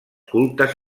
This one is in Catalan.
cultes